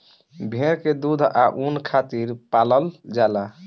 भेड़ के दूध आ ऊन खातिर पलाल जाला